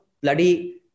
bloody